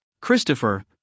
Christopher